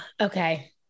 Okay